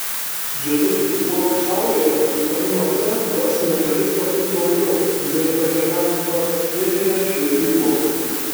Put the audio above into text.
džiovintų uogų saujoje vitamino c rasime kelis kartus daugiau nei tokiame pat kiekyje šviežių uogų